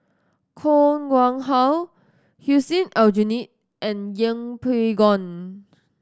Koh Nguang How Hussein Aljunied and Yeng Pway Ngon